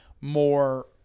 more